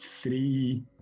three